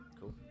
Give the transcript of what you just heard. Cool